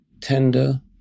tender